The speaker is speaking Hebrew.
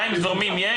מים זורמים יש?